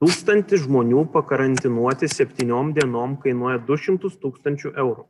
tūkstantį žmonių pakarantinuoti septyniom dienom kainuoja du šimtus tūkstančių eurų